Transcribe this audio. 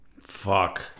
fuck